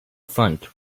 front